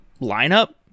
lineup